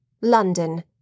London